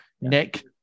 Nick